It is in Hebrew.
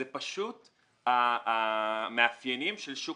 אלא כי זה פשוט המאפיינים של המלט.